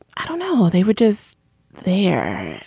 i don't know they were just they're